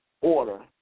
order